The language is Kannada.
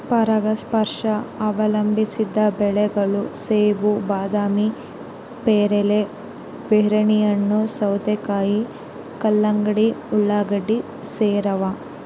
ಪರಾಗಸ್ಪರ್ಶ ಅವಲಂಬಿಸಿದ ಬೆಳೆಗಳು ಸೇಬು ಬಾದಾಮಿ ಪೇರಲೆ ಬೆರ್ರಿಹಣ್ಣು ಸೌತೆಕಾಯಿ ಕಲ್ಲಂಗಡಿ ಉಳ್ಳಾಗಡ್ಡಿ ಸೇರವ